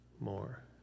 more